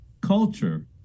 culture